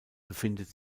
befindet